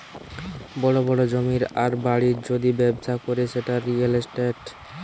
বড় বড় জমির আর বাড়ির যদি ব্যবসা করে সেটা রিয়্যাল ইস্টেট